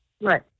Right